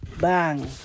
Bang